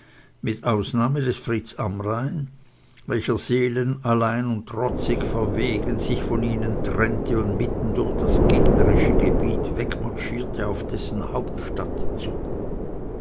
mit ausnahme des fritz amrain welcher seelenallein und trotzig verwegen sich von ihnen trennte und mitten durch das gegnerische gebiet wegmarschierte auf dessen hauptstadt zu